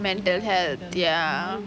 mental health ya